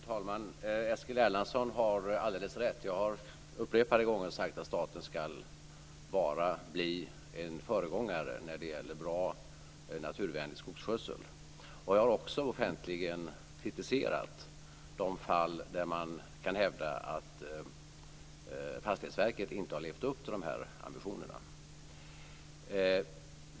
Fru talman! Eskil Erlandsson har alldeles rätt. Jag har upprepade gånger sagt att staten ska bli en föregångare när det gäller bra och naturvänlig skogsskötsel. Jag har också offentligen kritiserat de fall där man kan hävda att Fastighetsverket inte har levt upp till de här ambitionerna.